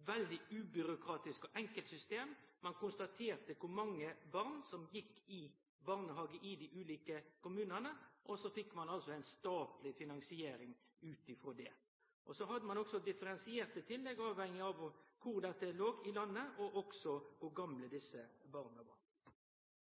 eit veldig ubyråkratisk og enkelt system. Ein konstaterte kor mange barn som gjekk i barnehage i dei ulike kommunane, og så fekk ein altså ei statleg finansiering ut frå det. Ein hadde også differensierte tillegg avhengig av kor dette var i landet, og også ut frå kor gamle barna